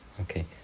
Okay